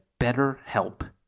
betterhelp